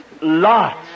lots